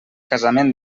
casament